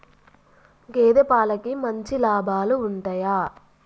గేదే పాలకి మంచి లాభాలు ఉంటయా?